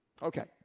Okay